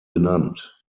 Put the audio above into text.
benannt